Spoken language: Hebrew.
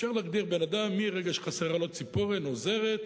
אפשר להגדיר בן-אדם מרגע שחסרה לו ציפורן או זרת,